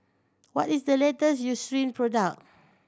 what is the latest Eucerin product